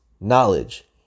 knowledge